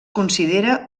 considera